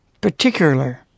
particular